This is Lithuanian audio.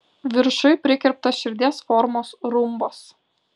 viršuj prikirptas širdies formos rumbas